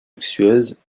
luxueuses